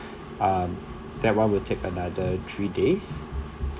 um that one will take another three days